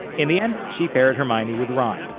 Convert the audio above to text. in the end, she paired hermione with ron,